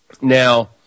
Now